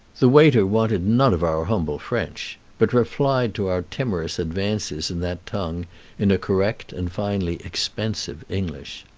the waiter wanted none of our humble french, but replied to our timorous advances in that tongue in a correct and finally expensive english.